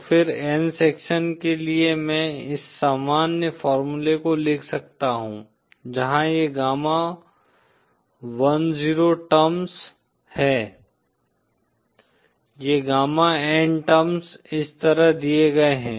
तो फिर n section के लिए मैं इस सामान्य फॉर्मूले को लिख सकता हूं जहां ये गामा10 टर्म्स हैं ये गामा n टर्म्स इस तरह दिए गए हैं